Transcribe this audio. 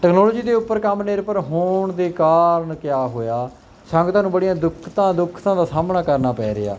technology ਦੇ ਉੱਪਰ ਕੰਮ ਨਿਰਭਰ ਹੋਣ ਦੇ ਕਾਰਨ ਕਿਆ ਹੋਇਆ ਸੰਗਤਾਂ ਨੁੂੰ ਬੜੀਆਂ ਦੁਖਤਾਂ ਦੁੱਖਤਾਂ ਦਾ ਸਾਹਮਣਾ ਕਰਨਾ ਪੈ ਰਿਹਾ